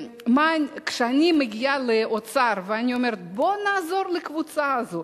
כשאני מגיעה לאוצר ואני אומרת: בואו נעזור לקבוצה הזאת,